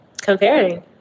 comparing